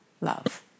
love